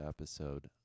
episode